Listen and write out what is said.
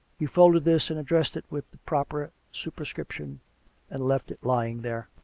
he folded this and addressed it with the proper superscription and left it lying there.